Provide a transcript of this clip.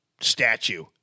statue